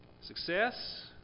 success